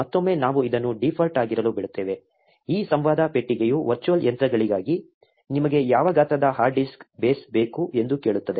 ಮತ್ತೊಮ್ಮೆ ನಾವು ಇದನ್ನು ಡೀಫಾಲ್ಟ್ ಆಗಿರಲು ಬಿಡುತ್ತೇವೆ ಈ ಸಂವಾದ ಪೆಟ್ಟಿಗೆಯು ವರ್ಚುವಲ್ ಯಂತ್ರಗಳಿಗಾಗಿ ನಿಮಗೆ ಯಾವ ಗಾತ್ರದ ಹಾರ್ಡ್ ಡಿಸ್ಕ್ ಬೇಸ್ ಬೇಕು ಎಂದು ಕೇಳುತ್ತದೆ